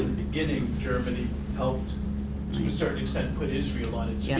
beginning germany helped to a certain extent put israel on its yeah